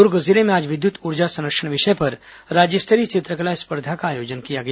दुर्ग जिले में आज विद्युत ऊर्जा संरक्षण विषय पर राज्य स्तरीय चित्रकला स्पर्धा का आयोजन किया गया